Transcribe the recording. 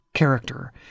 character